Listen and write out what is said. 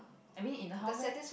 I mean in the house leh